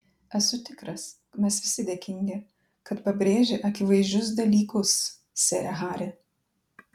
esu tikras mes visi dėkingi kad pabrėži akivaizdžius dalykus sere hari